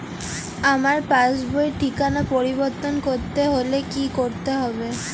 আমার পাসবই র ঠিকানা পরিবর্তন করতে হলে কী করতে হবে?